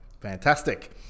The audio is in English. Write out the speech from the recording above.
fantastic